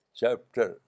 chapter